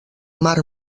mar